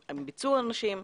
הם ביצעו עבירות,